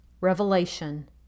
Revelation